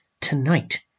tonight